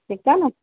ठीक आहे न